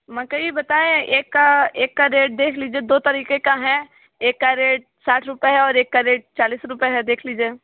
मकई बताएं एक का एक का रेट देख लीजिए दो तरीक़े की है एक का रेट साठ रुपये है और एक का रेट चालीस रुपये है देख लीजिए